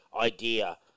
idea